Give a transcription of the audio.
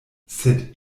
sed